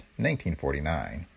1949